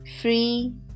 free